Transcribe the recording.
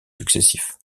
successifs